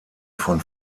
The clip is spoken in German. von